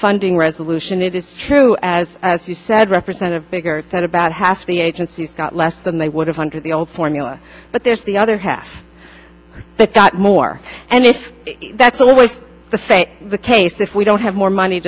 funding resolution it is true as as you said representative biggert said about half the agencies got less than they would have under the old formula but there's the other half that got more and if that's always the same the case if we don't have more money